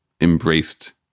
embraced